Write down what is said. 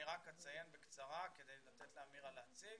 אני רק אציין בקצרה, כדי לתת לאמירה להציג,